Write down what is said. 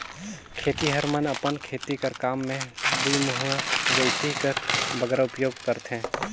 खेतिहर मन अपन खेती कर काम मे दुईमुहा गइती कर बगरा उपियोग करथे